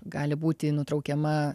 gali būti nutraukiama